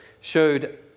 showed